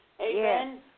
Amen